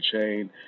chain